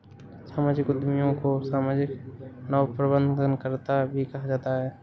सामाजिक उद्यमियों को सामाजिक नवप्रवर्तनकर्त्ता भी कहा जाता है